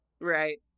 Right